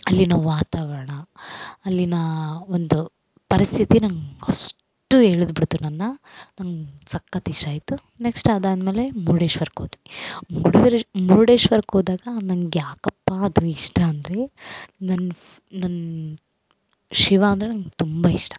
ಅಲ್ಲಿನ ವಾತಾವರಣ ಅಲ್ಲಿನ ಒಂದು ಪರಿಸ್ಥಿತಿ ನಂಗೆ ಅಷ್ಟು ಎಳ್ದು ಬಿಡ್ತು ನನ್ನ ನಂಗೆ ಸಕ್ಕತ್ ಇಷ್ಟ ಆಯಿತು ನೆಕ್ಸ್ಟ್ ಅದಾದಮೇಲೆ ಮುರ್ಡೇಶ್ವರಕ್ಕೆ ಹೋದ್ವಿ ಮುಡುಗರೇ ಮುರುಡೇಶ್ವರಕ್ಕೆ ಹೋದಾಗ ನಂಗೆ ಯಾಕಪ್ಪ ಅದು ಇಷ್ಟ ಅಂದರೆ ನನ್ನ ಫ್ ನನ್ನ ಶಿವ ಅಂದರೆ ನಂಗೆ ತುಂಬ ಇಷ್ಟ